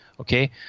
Okay